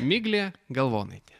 miglė galvonaitė